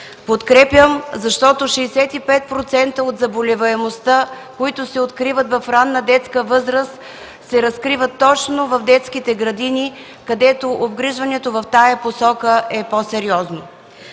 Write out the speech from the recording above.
Подкрепям, защото 65% от заболеваемостта, която се открива в ранна детска възраст, се разкрива точно в детските градини, където обгрижването в тази посока е по-сериозно.